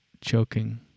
choking